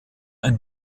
ein